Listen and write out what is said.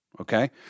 Okay